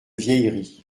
vieilleries